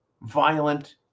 violent